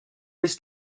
this